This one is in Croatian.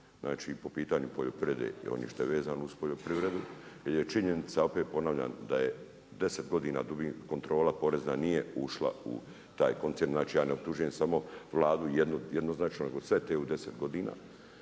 Znači po pitanju poljoprivrede i onog što je vezano uz poljoprivredu. Jer je činjenica opet ponavljam da je 10 godina kontrola nije ušla u taj koncern. Znači ja ne optužujem samo Vladu jednoznačno, nego sve te u 10 godina.